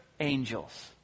Angels